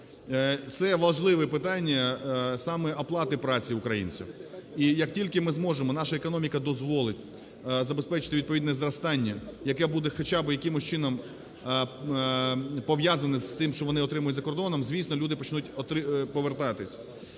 Це важливе питання саме оплати праці українців, і як тільки ми зможемо, наша економіка дозволить забезпечити відповідне зростання, яке буде хоча би якимось чином пов'язане з тим, що вони отримують за кордоном, звісно, люди почнуть повертатися.